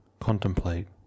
contemplate